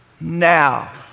now